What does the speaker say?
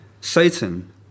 Satan